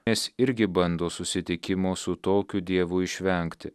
nes irgi bando susitikimo su tokiu dievu išvengti